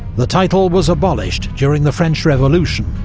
the title was abolished during the french revolution,